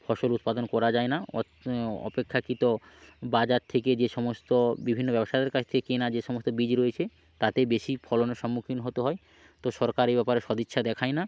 ফসল উৎপাদন করা যায় না অপেক্ষাকৃত বাজার থেকে যে সমস্ত বিভিন্ন ব্যবসাদারের কাছ থেকে কেনা যে সমস্ত বীজ রয়েছে তাতে বেশি ফলনের সম্মুখীন হতে হয় তো সরকার এই ব্যাপারে সদিচ্ছা দেখায় না